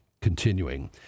continuing